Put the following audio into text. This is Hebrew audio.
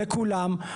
לכולם.